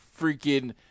freaking